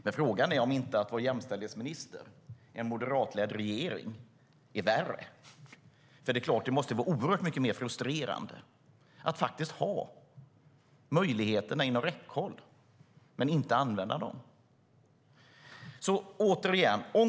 Men frågan är om inte att vara jämställdhetsminister i en moderatledd regering är värre. Det måste vara oerhört mycket mer frustrerande att ha möjligheterna inom räckhåll men inte använda dem.